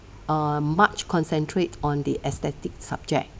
err much concentrate on the aesthetic subject